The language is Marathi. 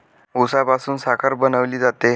उसापासून साखर बनवली जाते